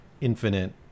infinite